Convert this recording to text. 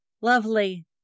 lovely